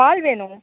பால் வேணும்